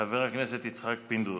חבר הכנסת יצחק פינדרוס: